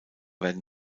werden